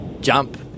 Jump